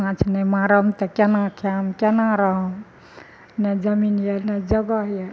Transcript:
माँछ नहि मारब तऽ केना खायब केना रहब नहि जमीन यऽ नहि जगह यऽ